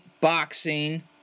boxing